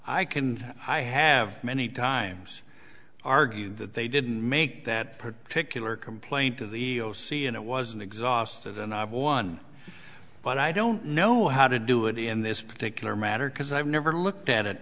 i can i have many times argued that they didn't make that particular complaint to the e e o c and it was an exhaustive than i've won but i don't know how to do it in this particular matter because i've never looked at it